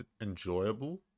enjoyable